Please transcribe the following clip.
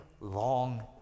long